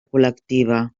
col·lectiva